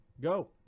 Go